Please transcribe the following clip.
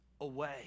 away